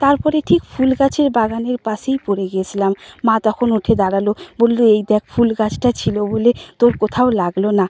তার পরে ঠিক ফুল গাছের বাগানের পাশেই পড়ে গিয়েছিলাম মা তখন উঠে দাঁড়াল বলল এই দেখ ফুল গাছটা ছিল বলে তোর কোথাও লাগল না